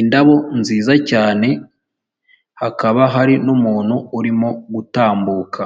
indabo nziza cyane hakaba hari n'umuntu urimo gutambuka.